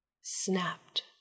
snapped